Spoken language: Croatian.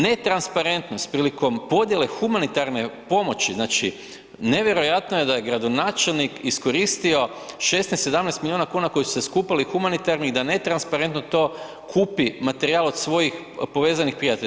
Netransparentnost prilikom podjele humanitarne pomoći, znači nevjerojatno je da je gradonačelnik iskoristio 16, 17 milijuna kuna koji su se skupili humanitarnih da netransparentno to kupi materijal od svojih povezanih prijatelja.